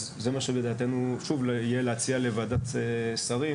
אז זה מה שלדעתנו יהיה להציע לוועדת שרים